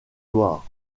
noirs